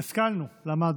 השכלנו, למדנו.